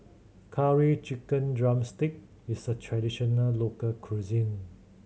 Curry Chicken drumstick is a traditional local cuisine